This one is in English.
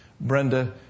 Brenda